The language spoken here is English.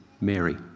Mary